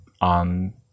on